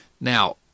Now